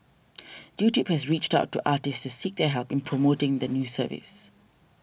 YouTube has reached out to artists to seek their help in promoting the new service